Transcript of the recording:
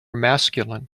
masculine